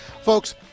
Folks